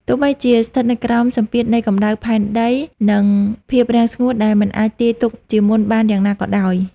ទោះបីជាស្ថិតនៅក្រោមសម្ពាធនៃកម្ដៅផែនដី និងភាពរាំងស្ងួតដែលមិនអាចទាយទុកជាមុនបានយ៉ាងណាក៏ដោយ។